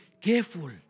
careful